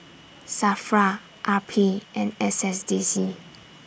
SAFRA R P and S S D C